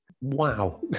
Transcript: Wow